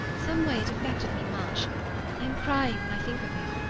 some way it affected me much i am crying when i think of him.